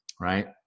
right